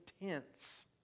intense